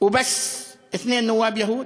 ורק שני חברי כנסת יהודים.)